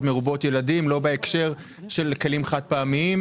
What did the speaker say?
מרובות ילדים - לא בהקשר של כלים חד-פעמיים,